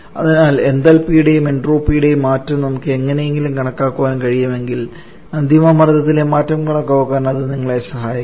അതിനാൽ എന്തൽപിയുടെയും എൻട്രോപ്പിയുടെയും മാറ്റം നമുക്ക് എങ്ങനെയെങ്കിലും കണക്കാക്കാൻ കഴിയുമെങ്കിൽ അന്തിമ മർദ്ദത്തിലെ മാറ്റം കണക്കാക്കാൻ അത് നിങ്ങളെ സഹായിക്കും